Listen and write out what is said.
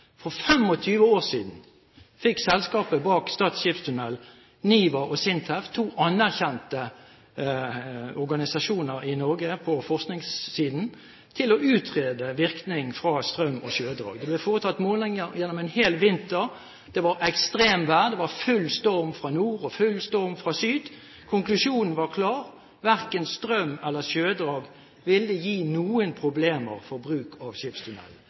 For 25 år siden fikk selskapet bak Stad skipstunnel NIVA og SINTEF, to anerkjente organisasjoner i Norge på forskningssiden, til å utrede virkning fra strøm og sjødrag. Det ble foretatt målinger gjennom en hel vinter. Det var ekstremvær. Det var full storm fra nord og full storm fra syd. Konklusjonen var klar: Verken strøm eller sjødrag ville gi noen problemer for bruk av